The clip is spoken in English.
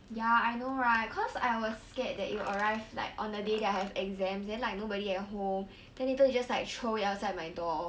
ya I know right cause I was scared that it'll arrive like on the day that I have exams then like nobody at home then later you just like throw it outside my door